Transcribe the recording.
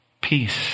Peace